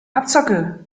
abzocke